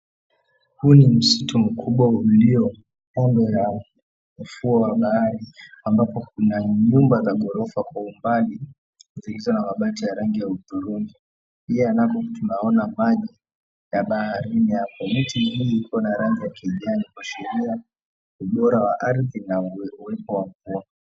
Huu ni msitu mkubwa ulio kando ya ufuo wa bahari, ambapo kuna nyumba za ghorofa kwa umbali zilizo na mabati ya rangi ya hudhurungi. Pia nako tunaona maji ya baharini hapo. Mitii hii iko na rangi ya kijani kuashiria ubora wa ardhi na uwepo wa mvua.